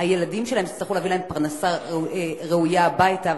הילדים שלהם יצטרכו להביא להם פרנסה ראויה הביתה,